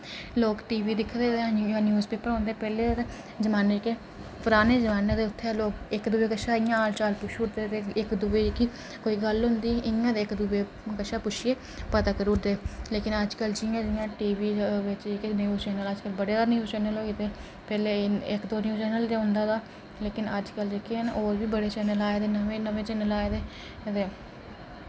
लोक टीवी दिखदे ते जां न्यूस पेपर होंदे पैह्ले दे तां जमाने ते पराने जमाने ते उत्थै लोक इक दुए कशा इ'यां हाल चाल पुच्छुड़दे ते इक दुए जेह्की कोई गल्ल होंदी ही इ'यां ते इक दुए कशा पुच्छियै पता करी ओड़दे दे लेकिन अज्जकल जि'यां जि'यां टीवी बिच जेह्के न्यूस चैनल अज्जकल बड़े ज्यादा न्यूस चैनल होई दे पैह्ले इक दो न्यूस चैनल गै होंदा हा लेकिन अज्जकल जेह्के न और वि बड़े चैनल आए दे न नमें नमें चैनल आए दे ते